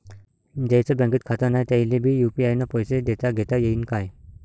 ज्याईचं बँकेत खातं नाय त्याईले बी यू.पी.आय न पैसे देताघेता येईन काय?